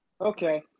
okay